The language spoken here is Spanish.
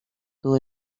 todo